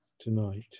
tonight